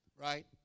right